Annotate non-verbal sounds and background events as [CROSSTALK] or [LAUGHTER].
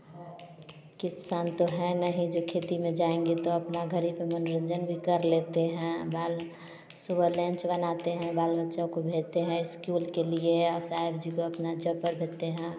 किसान तो हैं नहीं जो खेती में जाएँगे तो अपना घर पर मनोरंजन भी कर लेते हैं बाल सुबह लंच बनाते हैं बाल बच्चों को भेजते हैं स्कूल के लिए या सब जगह अपना [UNINTELLIGIBLE] हैं